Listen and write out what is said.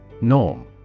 norm